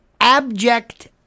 abject